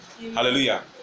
Hallelujah